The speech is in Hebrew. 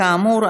כאמור,